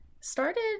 started